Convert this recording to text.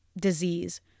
disease